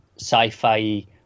sci-fi